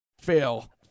fail